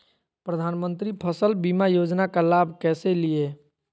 प्रधानमंत्री फसल बीमा योजना का लाभ कैसे लिये?